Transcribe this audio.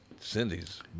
Cindy's